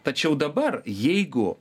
tačiau dabar jeigu